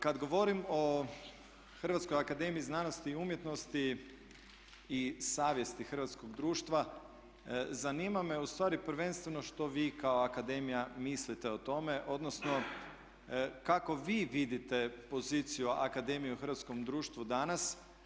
Kad govorim o Hrvatskoj akademiji znanosti i umjetnosti i savjesti hrvatskog društva zanima me ustvari prvenstveno što vi kao akademija mislite o tome, odnosno kako vi vidite poziciju akademije u hrvatskom društvu danas?